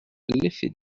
l’effet